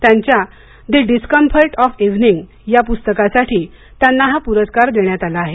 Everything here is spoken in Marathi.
त्यांच्या द डिस्क्म्फर्ट ऑफ इव्हिनिंग या पुस्तकासाठी त्यांना हा पुरस्कार देण्यात आला आहे